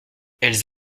elles